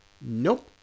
nope